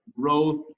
growth